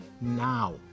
now